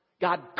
God